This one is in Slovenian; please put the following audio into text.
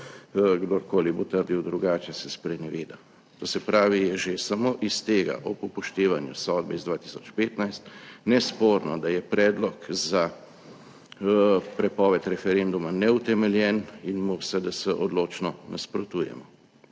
kdorkoli bo trdil drugače, se spreneveda. To se pravi, je že samo iz tega, ob upoštevanju sodbe iz 2015, nesporno, da je predlog za prepoved referenduma neutemeljen in mu v SDS odločno nasprotujemo.